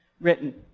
written